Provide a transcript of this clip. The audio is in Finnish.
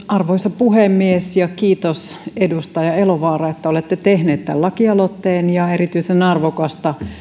arvoisa puhemies kiitos edustaja elovaara että olette tehnyt tämän lakialoitteen erityisen arvokasta